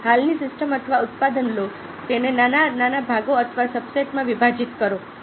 હાલની સિસ્ટમ અથવા ઉત્પાદન લો તેને નાના ભાગો અથવા સબસેટમાં વિભાજિત કરો